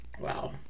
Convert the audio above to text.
Wow